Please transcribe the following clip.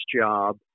job